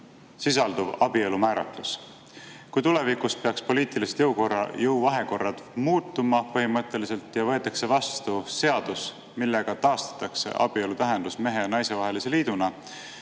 sisalduv abielu määratlus. Kui tulevikus peaksid poliitilised jõuvahekorrad põhimõtteliselt muutuma ja võetakse vastu seadus, millega taastatakse abielu tähendus mehe ja naise vahelise liiduna,